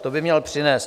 To by měl přinést.